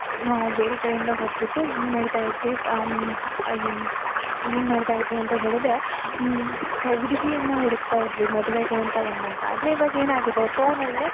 ನಾವು ಬೇರೆ ಕಡೆಯಿಂದ ಹೋಗಿಬಿಟ್ಟು ಏನು ಮಾಡ್ತಾಯಿದ್ವಿ ಏನು ಮಾಡ್ತಾಯಿದ್ವಿ ಅಂತ ಹೇಳಿದರೆ ಹುಡುಗಿಯನ್ನು ಹುಡುಕ್ತಾಯಿದ್ವಿ ಮದುವೆಗೆ ಅಂತ ಬಂದಾಗ ಆದರೆ ಈವಾಗ ಏನಾಗಿದೆ ಫೋನಲ್ಲೆ